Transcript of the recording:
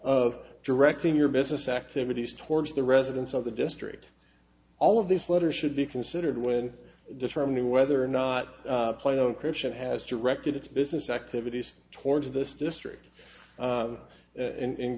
of directing your business activities towards the residents of the district all of these letters should be considered when determining whether or not play on corruption has directed its business activities towards this district and